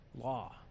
law